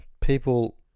People